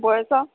ବୟସ